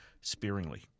sparingly